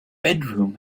bedroom